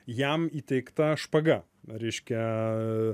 jam įteikta špaga reiškia